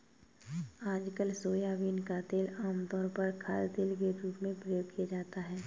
आजकल सोयाबीन का तेल आमतौर पर खाद्यतेल के रूप में प्रयोग किया जाता है